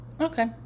Okay